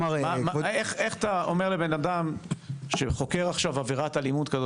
איך אתה אומר לבן אדם שחוקר עכשיו עבירת אלימות,